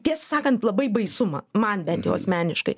tiesą sakant labai baisu man man bent jau asmeniškai